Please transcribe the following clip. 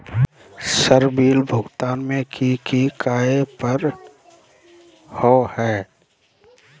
Sir bill भुगतान में की की कार्य पर हहै?